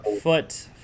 foot